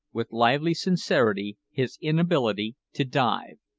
with lively sincerity, his inability to dive.